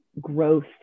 growth